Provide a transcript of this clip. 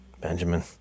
benjamin